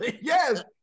yes